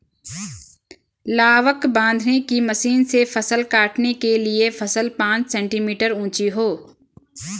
लावक बांधने की मशीन से फसल काटने के लिए फसल पांच सेंटीमीटर ऊंची हो